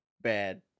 bad